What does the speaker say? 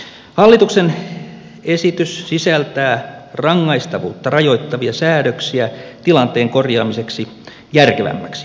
hallituksen esitys sisältää rangaistavuutta rajoittavia säädöksiä tilanteen korjaamiseksi järkevämmäksi